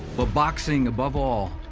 but boxing, above all,